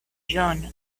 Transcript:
john